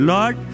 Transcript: Lord